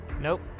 Nope